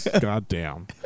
Goddamn